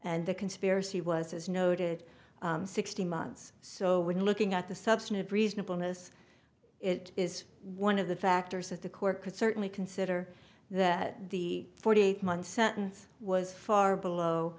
and the conspiracy was as noted sixteen months so when looking at the substantive reasonable notice it is one of the factors that the court could certainly consider that the forty eight month sentence was far below